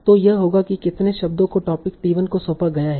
तो यह होगा कि कितने शब्दों को टोपिक टी1 को सौंपा गया है